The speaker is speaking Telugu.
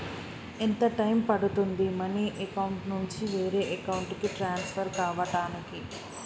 ఎంత టైం పడుతుంది మనీ అకౌంట్ నుంచి వేరే అకౌంట్ కి ట్రాన్స్ఫర్ కావటానికి?